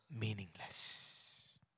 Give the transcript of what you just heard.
meaningless